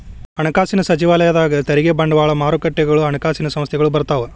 ಹಣಕಾಸಿನ ಸಚಿವಾಲಯದಾಗ ತೆರಿಗೆ ಬಂಡವಾಳ ಮಾರುಕಟ್ಟೆಗಳು ಹಣಕಾಸಿನ ಸಂಸ್ಥೆಗಳು ಬರ್ತಾವ